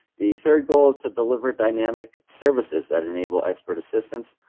the third goal is to deliver dynamic services that enable expert assistance,